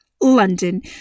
London